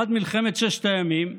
עד מלחמת ששת הימים,